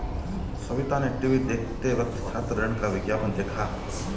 सविता ने टीवी देखते वक्त छात्र ऋण का विज्ञापन देखा